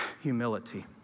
humility